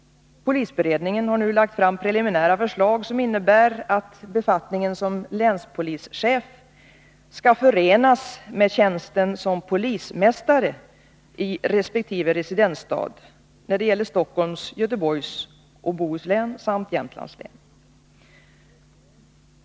Polisberedningen har nu lagt fram preliminära förslag, som innebär att befattningen som länspolischef skall förenas med tjänsten som polismästare i resp. residensstad när det gäller Stockholms län, Göteborgs och Bohus län samt Jämtlands län.